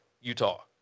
Utah